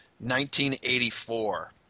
1984